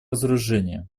разоружении